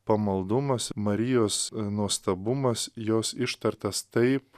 pamaldumas marijos nuostabumas jos ištartas taip